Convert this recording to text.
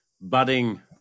budding